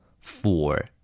four